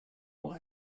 what